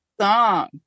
song